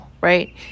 right